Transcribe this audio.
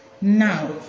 now